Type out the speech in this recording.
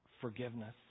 forgiveness